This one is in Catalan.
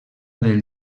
del